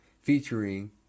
featuring